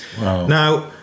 Now